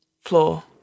floor